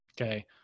Okay